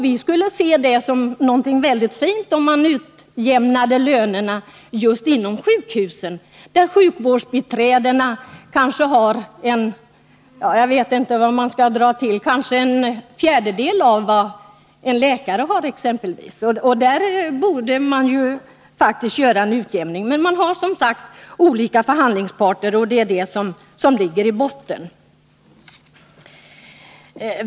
Vi skulle se det som något väldigt fint om man utjämnade lönerna just inom sjukhusen, där sjukvårdsbiträden har kanske en fjärdedel av vad exempelvis en läkare har i lön. Där borde det faktiskt göras en utjämning, men det finns som sagt olika förhandlingsparter, det är det som ligger i botten.